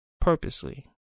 purposely